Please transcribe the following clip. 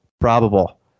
probable